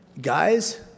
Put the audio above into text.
guys